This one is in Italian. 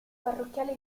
parrocchiale